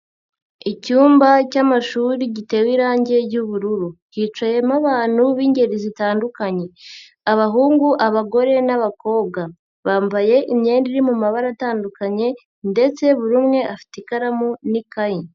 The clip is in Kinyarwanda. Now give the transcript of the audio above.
Icyumba cy'amashuri gitewe irangi ryubururu, hicayemo abantu b'ingeri zitandukanye, abahungu, abagore n'abakobwa, bambaye imyenda iri mu mabara atandukanye ndetse buri umwe afite ikaramu n'ikayi.